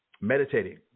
meditating